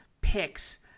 picks